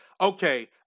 okay